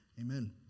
Amen